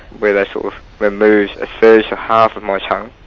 where they sort of removed a third to half of my tongue,